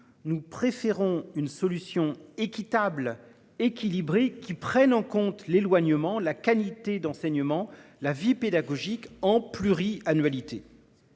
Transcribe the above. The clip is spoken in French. Nous préférons une solution équitable, équilibrée qui prenne en compte l'éloignement, la qualité d'enseignement. La vie pédagogique en pluri-annualité.